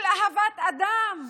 של אהבת אדם.